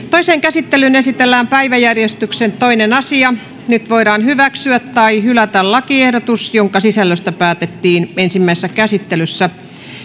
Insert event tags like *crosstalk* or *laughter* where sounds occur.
*unintelligible* toiseen käsittelyyn esitellään päiväjärjestyksen toinen asia nyt voidaan hyväksyä tai hylätä lakiehdotus jonka sisällöstä päätettiin ensimmäisessä käsittelyssä